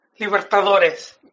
Libertadores